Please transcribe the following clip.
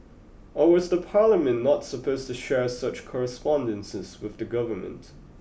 or was the Parliament not supposed to share such correspondences with the government